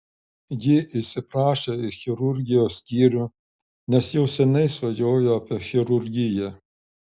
ji įsiprašė į chirurgijos skyrių nes jau seniai svajojo apie chirurgiją